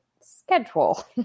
schedule